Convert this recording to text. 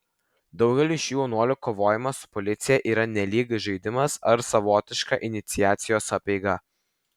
daugeliui šių jaunuolių kovojimas su policija yra nelyg žaidimas ar savotiška iniciacijos apeiga